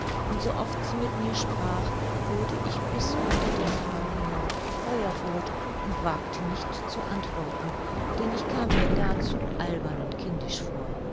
und so oft sie mit mir sprach wurde ich bis unter das haar hinauf feuerroth und wagte nicht zu antworten denn ich kam mir gar zu albern und kindisch vor